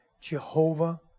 Jehovah